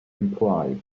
implies